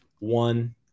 one